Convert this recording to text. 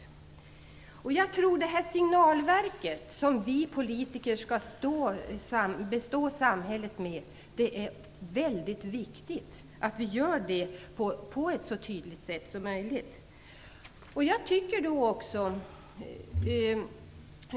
Det är vi politiker som skall bestå samhället med ett signalverk, och jag tycker att det är väldigt viktigt att vi gör på ett så tydligt sätt som möjligt.